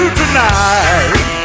tonight